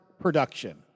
production